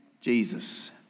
Jesus